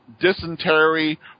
dysentery